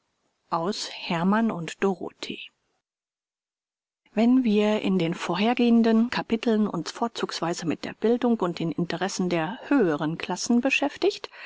herrmann und dorothee wenn wir in den vorhergehenden kapiteln uns vorzugsweise mit der bildung und den interessen der höheren klassen beschäftigt